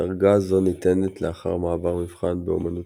דרגה זו ניתנת לאחר מעבר מבחן באמנות